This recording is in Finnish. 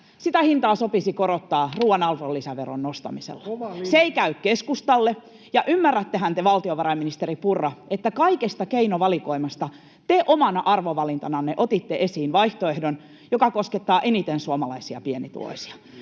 sitä hintaa sopisi korottaa ruuan arvonlisäveron nostamisella. [Antti Kurvinen: Kova liike!] Se ei käy keskustalle. Ymmärrättehän te, valtiovarainministeri Purra, että kaikesta keinovalikoimasta te omana arvovalintananne otitte esiin vaihtoehdon, joka koskettaa eniten suomalaisia pienituloisia?